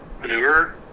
maneuver